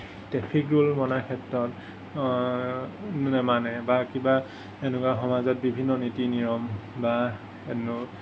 traffic rule মনাৰ ক্ষেত্ৰত নেমানে বা কিবা এনেকুৱা সমাজত বিভিন্ন নীতি নিয়ম বা এনেকুৱা